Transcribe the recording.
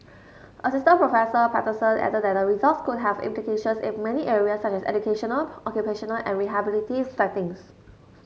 Assistant Professor Patterson added that the results could have implications in many areas such as educational occupational and rehabilitative settings